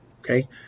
Okay